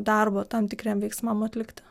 darbo tam tikriem veiksmam atlikti